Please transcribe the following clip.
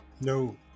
no